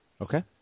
Okay